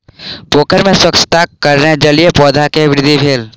पोखैर में स्वच्छताक कारणेँ जलीय पौधा के वृद्धि भेल